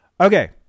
Okay